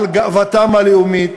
על גאוותם הלאומית,